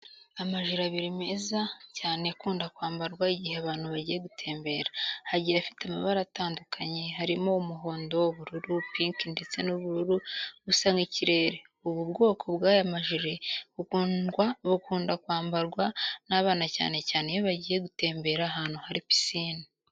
Amajire abiri meza cyane akunda kwambarwa igihe abantu bagiye gutembera, agiye afite amabara atandukanye, harimo umuhondo ubururu, pinki ndetse n'ubururu busa n'ikirere. Ubu bwoko bw'aya majire bukunda kwambarwa n'abana, cyane cyane iyo bagiye gutemberera ahantu hari pisine.